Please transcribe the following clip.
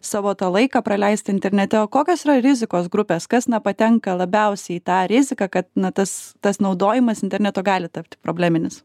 savo tą laiką praleistą internete o kokios yra rizikos grupės kas na patenka labiausiai tą riziką kad na tas tas naudojamas interneto gali tapti probleminis